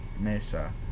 Mesa